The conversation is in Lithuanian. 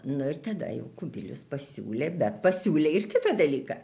nu ir tada jau kubilius pasiūlė bet pasiūlė ir kitą dalyką